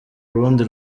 urundi